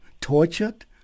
tortured